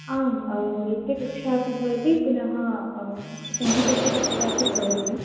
आम् नृत्यकक्षापि भवति पुनः सङ्गीतस्य कक्षा अपि भवति